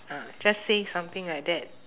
ah just say something like that